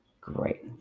great